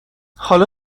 حالا